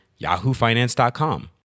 yahoofinance.com